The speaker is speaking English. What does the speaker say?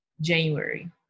January